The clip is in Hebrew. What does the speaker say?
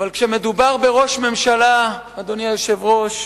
אבל כשמדובר בראש ממשלה, אדוני היושב-ראש,